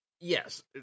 Yes